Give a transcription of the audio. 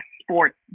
sports